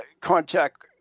contact